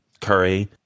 curry